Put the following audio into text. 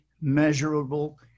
measurable